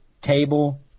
table